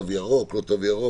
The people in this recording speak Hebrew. התו הירוק וכולי.